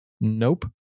Nope